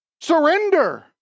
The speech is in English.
Surrender